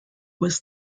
was